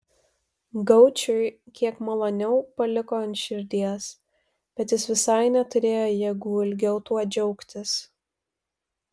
gaučiui kiek maloniau paliko ant širdies bet jis visai neturėjo jėgų ilgiau tuo džiaugtis